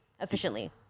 efficiently